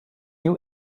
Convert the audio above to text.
you